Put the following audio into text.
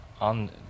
on